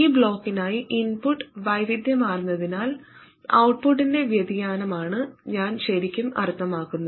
ഈ ബ്ലോക്കിനായി ഇൻപുട്ട് വൈവിധ്യമാർന്നതിനാൽ ഔട്ട്പുട്ടിന്റെ വ്യതിയാനമാണ് ഞാൻ ശരിക്കും അർത്ഥമാക്കുന്നത്